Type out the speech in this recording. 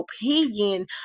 opinion